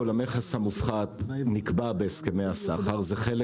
המכס המופחת נקבע בהסכמי הסחר כך שגם